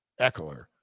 Eckler